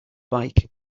bike